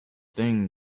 thing